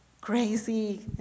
crazy